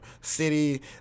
City